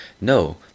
No